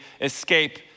escape